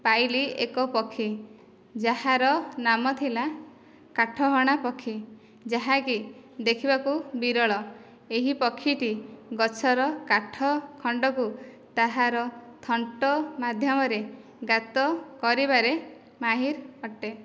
ପାଇଲି ଏକ ପକ୍ଷୀ ଯାହାର ନାମ ଥିଲା କାଠହଣା ପକ୍ଷୀ ଯାହାକି ଦେଖିବାକୁ ବିରଳ ଏହି ପକ୍ଷୀଟି ଗଛର କାଠ ଖଣ୍ଡକୁ ତାହାର ଥଣ୍ଟ ମାଧ୍ୟମରେ ଗାତ କରିବାରେ ମାହିର ଅଟେ